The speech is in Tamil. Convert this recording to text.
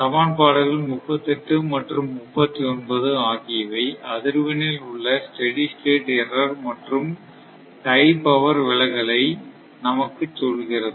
சமன்பாடுகள் 38 மற்றும் 39 ஆகியவை அதிர்வெண் ல் உள்ள ஸ்டெடி ஸ்டேட் எர்ரர் மற்றும் டை பவர் விலகலை நமக்குச் சொல்கிறது